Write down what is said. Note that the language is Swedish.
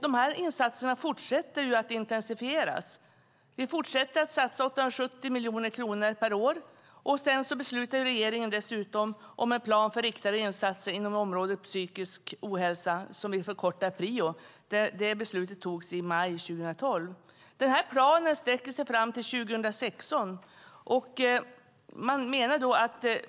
Dessa insatser fortsätter att intensifieras. Vi fortsätter att satsa 870 miljoner kronor per år. Dessutom beslutade regeringen i maj 2012 om en plan för riktade insatser inom området psykisk ohälsa, PRIO. Planen sträcker sig fram till 2016.